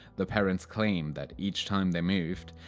the parents claim that each time they moved,